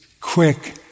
quick